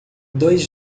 dois